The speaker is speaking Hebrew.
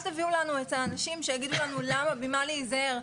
אל תביאו לנו את האנשים שיגידו לנו למה ומה להיזהר.